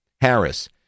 Harris